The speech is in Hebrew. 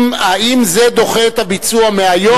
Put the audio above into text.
האם זה דוחה את הביצוע מהיום?